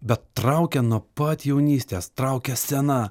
bet traukia nuo pat jaunystės traukia scena